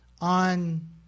on